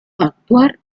actuar